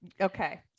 okay